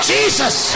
Jesus